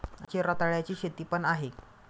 आमची रताळ्याची शेती पण आहे